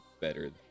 better